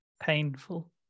painful